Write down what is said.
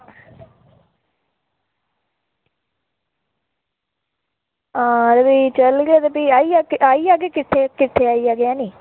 ते आं भी चलग ते आई जाह्गे किट्ठे आई जाह्गे ऐनी